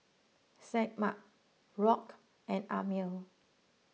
Semaj Rock and Amil